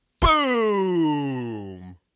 Boom